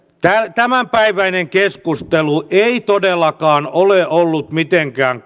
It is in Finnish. tämänpäiväinen keskustelu ei todellakaan ole ollut mitenkään